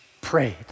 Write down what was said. prayed